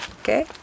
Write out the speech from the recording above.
okay